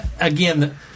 Again